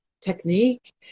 technique